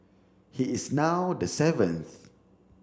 he is now the seventh